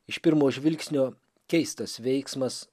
iš pirmo žvilgsnio keistas veiksmas